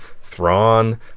Thrawn